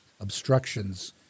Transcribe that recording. obstructions